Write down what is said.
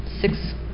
six